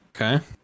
Okay